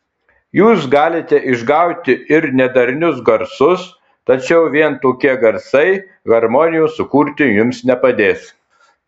jūs galite išgauti ir nedarnius garsus tačiau vien tokie garsai harmonijos sukurti jums nepadės